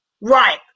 Right